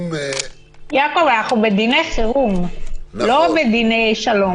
יעקב, אנחנו בדיני חירום, לא בדיני שלום.